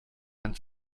ein